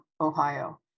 Ohio